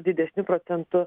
didesniu procentu